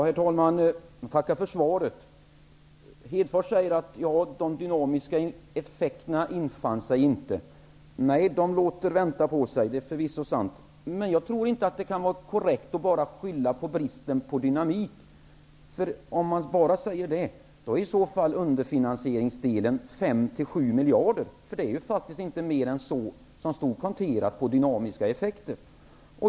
Herr talman! Jag tackar för svaret. Lars Hedfors säger att de dynamiska effekterna inte infann sig. Nej, Det är för förvisso sant att de låter vänta på sig. Men jag tror inte att det kan vara korrekt att bara skylla på bristen på dynamik. Om man bara gör det, är i så fall underfinansieringsdelen 5-7 miljarder. Det är faktiskt inte mer än så som stod konterat på dynamiska effekter.